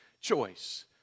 choice